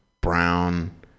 Brown